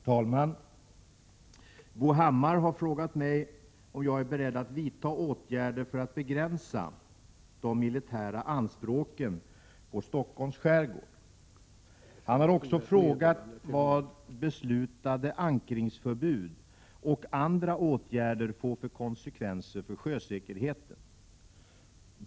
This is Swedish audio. Herr talman! Bo Hammar har frågat mig om jag är beredd att vidta åtgärder för att begränsa de militära anspråken på Stockholms skärgård. Han har också frågat vad beslutade ankringsförbud och andra åtgärder får för konsekvenser för sjösäkerheten.